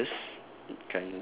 bermudas